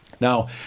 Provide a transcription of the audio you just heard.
Now